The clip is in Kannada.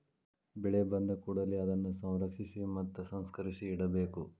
ಬೆಳೆ ಬಂದಕೂಡಲೆ ಅದನ್ನಾ ಸಂರಕ್ಷಿಸಿ ಮತ್ತ ಸಂಸ್ಕರಿಸಿ ಇಡಬೇಕು